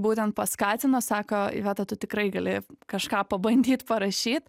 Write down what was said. būtent paskatino sako iveta tu tikrai gali kažką pabandyt parašyt